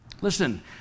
Listen